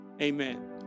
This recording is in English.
amen